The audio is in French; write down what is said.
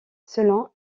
selon